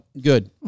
good